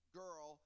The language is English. girl